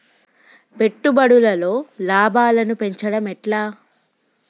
పెట్టుబడులలో లాభాలను పెంచడం ఎట్లా?